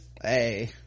hey